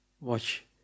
watch